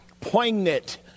poignant